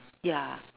ya